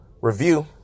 review